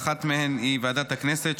ואחת מהן היא ועדת הכנסת,